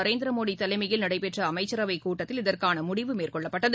நரேந்திரமோடி தலைமையில் நடைபெற்ற அமைச்சரவைக் கூட்டத்தில் இதற்கான முடிவு மேற்கொள்ளப்பட்டது